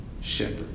shepherd